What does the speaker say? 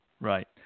Right